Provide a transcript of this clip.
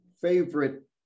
favorite